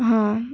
ହଁ